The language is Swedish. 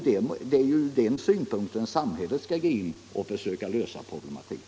Det är ju från den utgångspunkten som samhället skall försöka lösa denna problematik.